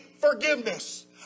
forgiveness